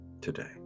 today